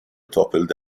toppled